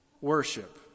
worship